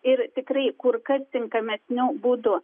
ir tikrai kur kas tinkamesniu būdu